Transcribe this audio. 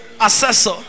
assessor